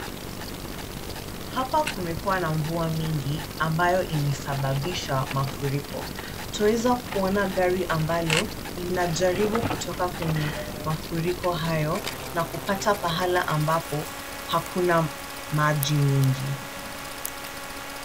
Hapa kumekuwa na mvua mingi ambayo imesababisha mafuriko. Twaweza kuona gari ambalo linajaribu kutoka kwenye mafuriko hayo na kupata pahala ambapo hakuna maji mingi.